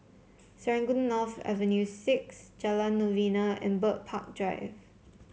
Serangoon North Avenue Six Jalan Novena and Bird Park Drive